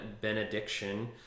benediction